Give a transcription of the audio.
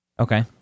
Okay